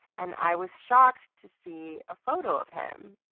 and i was shocked to see a photo of him,